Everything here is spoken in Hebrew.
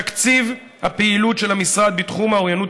תקציב הפעילות של המשרד בתחום האוריינות